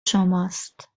شماست